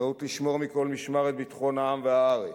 אחריות לשמור מכל משמר את ביטחון העם והארץ.